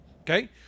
Okay